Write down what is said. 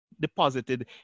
deposited